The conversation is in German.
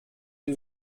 den